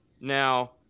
Now